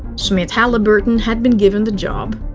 smit-halliburton had been given the job.